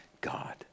God